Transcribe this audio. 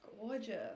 gorgeous